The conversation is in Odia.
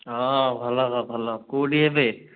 ହଁ ଭଲ ଭଲ କେଉଁଠି ଏବେ